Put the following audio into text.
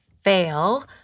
fail